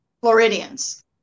Floridians